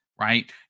right